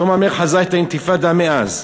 שלמה המלך חזה את האינתיפאדה מאז.